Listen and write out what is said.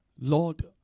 Lord